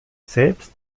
selbst